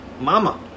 Mama